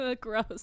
Gross